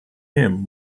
him